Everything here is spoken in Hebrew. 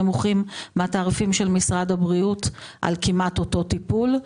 מהתעריפים של משרד הבריאות על כמעט אותו טיפול.